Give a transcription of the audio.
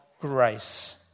grace